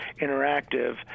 Interactive